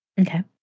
Okay